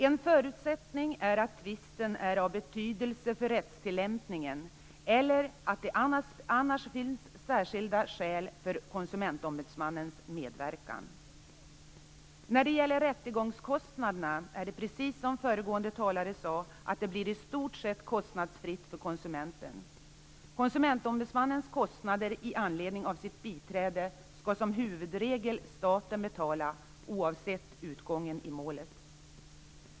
En förutsättning är att tvisten är av betydelse för rättstillämpningen eller att det annars finns särskilda skäl för KO:s medverkan. När det gäller rättegångskostnaderna blir det, precis som föregående talare sade, i stort sett kostnadsfritt för konsumenten. Huvudregeln är att staten skall betala KO:s kostnader med anledning av sitt biträde, oavsett utgången i målet.